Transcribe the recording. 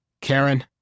Karen